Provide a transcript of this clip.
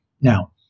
Now